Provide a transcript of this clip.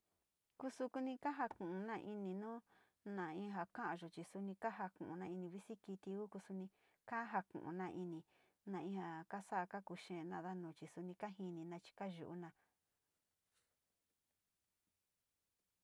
Kuxuu kunii kanjá kón na'a ini no'ó na'a inja kan yuu, xhii xuni kajá konna iin vixii kiti yukuxu kaja kón kona'a ini naija kaxakan kuu xena'a nanda noxhix nika njini, nakaxhika yuuná.